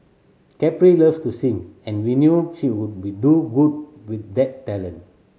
Capri loves to sing and we knew she would be do good with that talent